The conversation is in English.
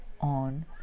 on